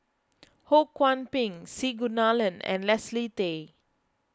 Ho Kwon Ping C Kunalan and Leslie Tay